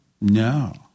No